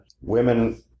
women